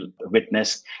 witness